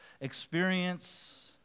experience